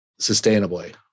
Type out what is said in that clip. sustainably